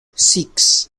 six